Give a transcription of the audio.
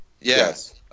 Yes